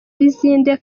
lizinde